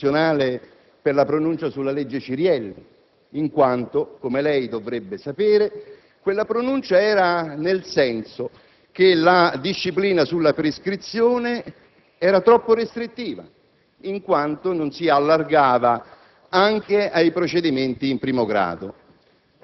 è difficile che il centro-destra possa aver criticato la Corte costituzionale per la pronuncia sulla legge ex Cirielli, in quanto - come lei dovrebbe sapere - il senso di quella stessa pronuncia era che la disciplina sulla prescrizione era troppo restrittiva,